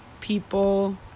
people